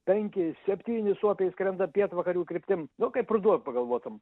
tankiai septyni suopiai išskrenda pietvakarių kryptim nu kaip ruduo pagalvotum